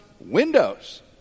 windows